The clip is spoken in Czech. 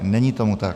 Není tomu tak.